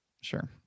Sure